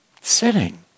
sitting